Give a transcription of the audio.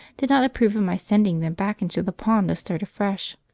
did not approve of my sending them back into the pond to start afresh.